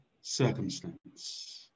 circumstance